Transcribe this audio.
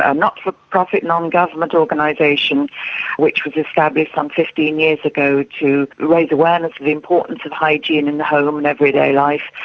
um not-for-profit, non-government organisation which was established some fifteen years ago to raise awareness of the importance of hygiene in the home in everyday life,